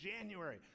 January